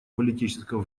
политического